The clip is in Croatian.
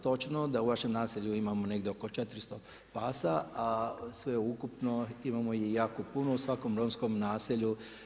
Točno da u vašem naselju imamo oko 400 pasa, a sveukupno imamo jako puno u svakom romskom naselju.